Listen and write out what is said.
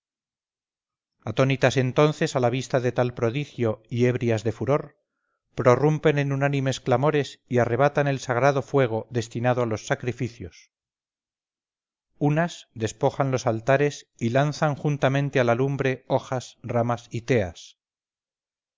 atónitas entonces a la vista de tal prodigio y ebrias de furor prorrumpen en unánimes clamores y arrebatan el sagrado fuego destinado a los sacrificios unas despojan los altares y lanzan juntamente a la lumbre hojas ramas